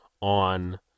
on